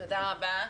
תודה רבה.